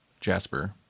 Jasper